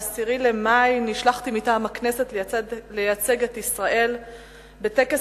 ב-10 במאי נשלחתי מטעם הכנסת לייצג את ישראל בטקס